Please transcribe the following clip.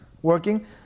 working